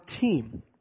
team